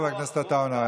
חבר הכנסת עטאונה,